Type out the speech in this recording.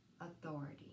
authority